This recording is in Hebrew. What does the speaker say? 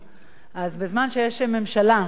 אז בזמן שיש ממשלה שמקפיאה